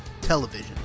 television